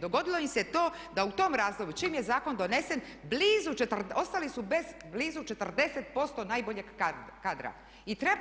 Dogodilo im se to da u tom razdoblju čim je zakon donesen ostali su bez blizu 40% najboljeg kadra